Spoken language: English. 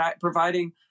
providing